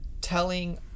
telling